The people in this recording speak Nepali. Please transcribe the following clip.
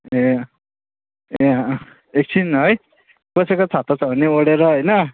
ए ए अँ एकछिन है कसैको छाता छ भने ओढेर होइन